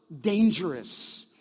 Dangerous